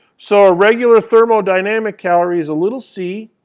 so a regular thermodynamic calorie is a little c.